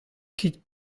kit